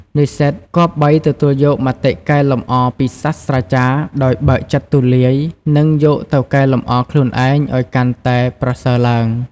និស្សិតគប្បី ទទួលយកមតិកែលម្អពីសាស្រ្តាចារ្យដោយបើកចិត្តទូលាយ និងយកទៅកែលម្អខ្លួនឯងឱ្យកាន់តែប្រសើរឡើង។